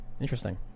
Interesting